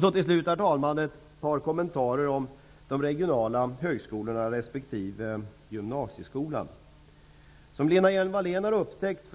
Sedan, herr talman, ett par kommentarer om de regionala högskolorna respektive gymnasieskolan. Som Lena Hjelm-Wallén har upptäckt